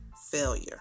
failure